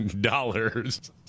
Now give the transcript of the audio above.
dollars